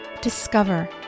discover